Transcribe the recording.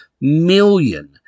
million